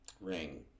ring